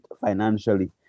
financially